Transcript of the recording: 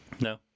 no